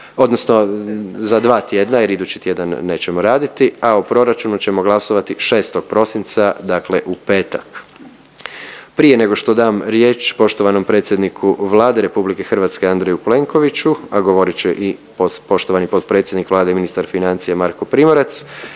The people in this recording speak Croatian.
odnosno za 2 tjedna jer idući tjedan nećemo raditi, a o proračunu ćemo glasovati 6. prosinca, dakle u petak. Prije nego što dam riječ poštovanom predsjedniku Vlade RH Andreju Plenkoviću, a govorit će i poštovani potpredsjednik Vlade i ministar financija Marko Primorac,